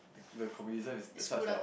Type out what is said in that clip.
the communism is the such that